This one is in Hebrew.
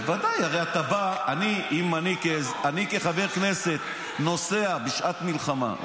בוודאי אני כחבר כנסת נוסע בשעת מלחמה,